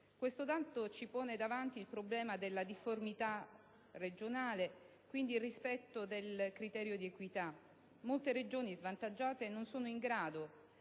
Questo dato ci pone davanti il problema delle difformità regionali, quindi il rispetto del criterio di equità. Molte Regioni svantaggiate non sono in grado